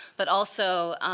but also